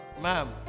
Ma'am